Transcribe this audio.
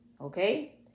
okay